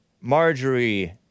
Marjorie